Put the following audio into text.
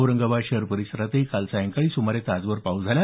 औरंगाबाद शहर परिसरातही काल सायंकाळी सुमारे तासभर पाऊस झाला